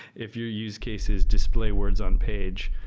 if your use cases display words on page,